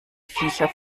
viecher